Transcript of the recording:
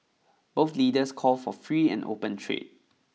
both leaders call for free and open trade